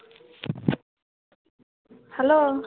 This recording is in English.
hello